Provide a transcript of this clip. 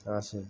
আসে